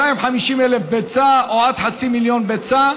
כ-250,000 ביצים או עד חצי מיליון ביצים.